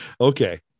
okay